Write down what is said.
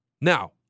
Now